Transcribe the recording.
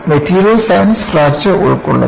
material science fracture ഉൾക്കൊള്ളുന്നു